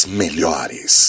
melhores